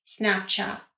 Snapchat